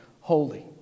holy